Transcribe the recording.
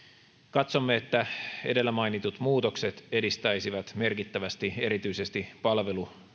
katsomme että edellä mainitut muutokset edistäisivät merkittävästi erityisesti palveluiden